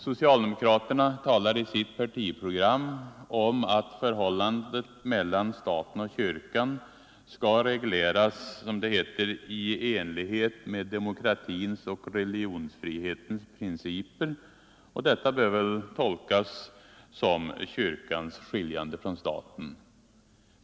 Socialdemokraterna talar i sitt partiprogram om att förhållandet mellan staten och kyrkan skall regleras ”i enlighet med demokratins och religionsfrihetens principer”, och detta bör väl tolkas som kyrkans skiljande från staten.